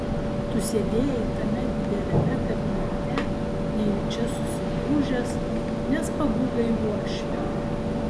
tu sėdėjai tame dideliame kabinete nejučia susigūžęs nes pabūgai uošvio